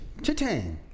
Chitang